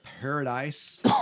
paradise